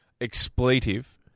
expletive